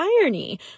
irony